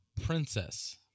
Princess